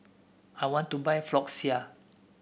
I want to buy Floxia